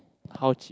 how cheap